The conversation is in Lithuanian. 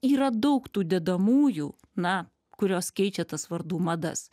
yra daug tų dedamųjų na kurios keičia tas vardų madas